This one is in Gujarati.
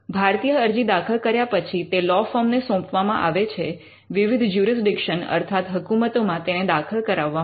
ભારતીય અરજી દાખલ કર્યા પછી તે લૉ ફર્મ ને સોંપવામાં આવે છે વિવિધ જૂરિસ્ડિક્શન્ અર્થાત હકુમતો માં તેને દાખલ કરાવવા માટે